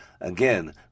Again